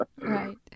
Right